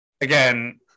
Again